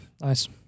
Nice